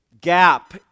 gap